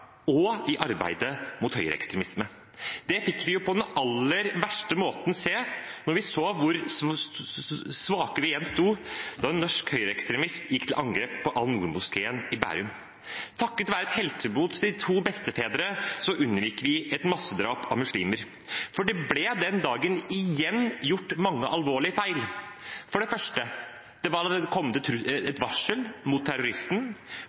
og i arbeidet mot høyreekstremisme. Det fikk vi på den aller verste måten se da vi så hvor svake vi igjen sto da en norsk høyreekstremist gikk til angrep på Al-Noor-moskeen i Bærum. Takket være heltemotet til to bestefedre unngikk vi et massedrap av muslimer. For det ble den dagen igjen gjort mange alvorlige feil. For det første: Det var allerede kommet et varsel om terroristen. Politiet fant ikke veien. Moskeen hadde ikke fått beskjed om at det var økt terrorfare mot